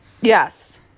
Yes